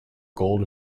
gold